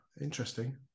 interesting